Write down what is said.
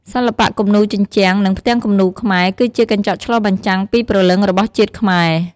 សិល្បៈគំនូរជញ្ជាំង និងផ្ទាំងគំនូរខ្មែរ គឺជាកញ្ចក់ឆ្លុះបញ្ចាំងពីព្រលឹងរបស់ជាតិខ្មែរ។